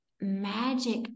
magic